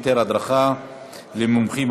היתר הדרכה למומחים),